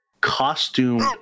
costume